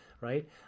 right